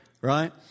right